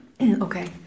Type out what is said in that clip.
Okay